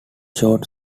short